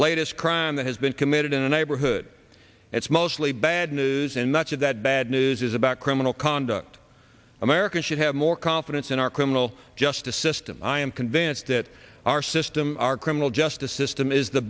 latest crime that has been committed in a neighborhood that's mostly bad news and much of that bad news is about criminal conduct america should have more confidence in our criminal justice system i am convinced that our system our criminal justice system is the